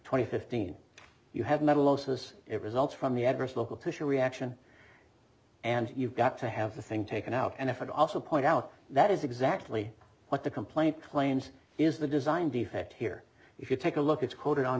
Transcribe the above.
twenty fifteen you have metal osis it results from the adverse local tissue reaction and you've got to have the thing taken out and if it also point out that is exactly what the complaint claims is the design defect here if you take a look it's quote